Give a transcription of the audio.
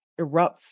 erupts